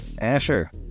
Asher